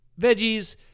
veggies